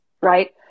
right